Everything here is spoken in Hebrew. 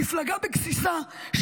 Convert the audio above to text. מפלגה בגסיסה,